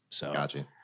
Gotcha